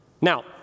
Now